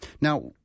Now